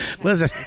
Listen